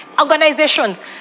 organizations